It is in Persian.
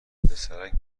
پسرک